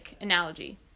analogy